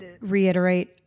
reiterate